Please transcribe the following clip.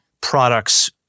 products